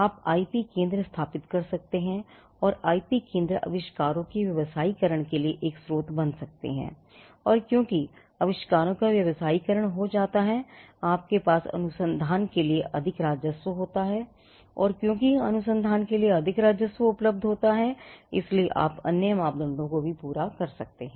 आप आईपी केंद्र स्थापित कर सकते हैं और आईपी केंद्र आविष्कारों के व्यावसायीकरण के लिए एक स्रोत बन सकते हैं और क्योंकि आविष्कारों का व्यवसायीकरण हो जाता है आपके पास अनुसंधान के लिए अधिक राजस्व होता है और क्योंकि अनुसंधान के लिए अधिक राजस्व उपलब्ध होता है इसलिए आप अन्य मापदंडों को भी पूरा कर सकते हैं